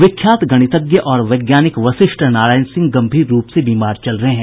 विख्यात गणितज्ञ और वैज्ञानिक वशिष्ठ नारायण सिंह गंभीर रूप से बीमार चल रहे हैं